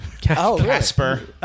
Casper